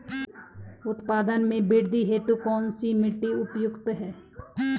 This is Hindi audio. उत्पादन में वृद्धि हेतु कौन सी मिट्टी उपयुक्त है?